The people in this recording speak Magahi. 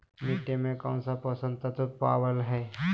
मिट्टी में कौन से पोषक तत्व पावय हैय?